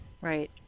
Right